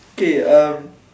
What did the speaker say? K um